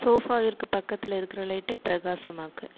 சோஃபாவிற்கு பக்கத்தில் இருக்கிற லைட்டை பிரகாசமாக்கு